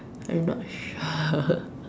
I'm not sure